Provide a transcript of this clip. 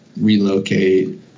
relocate